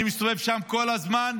אני מסתובב שם כל הזמן.